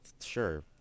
Sure